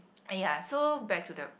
uh ya so back to the